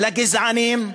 לגזענים,